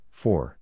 four